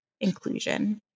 inclusion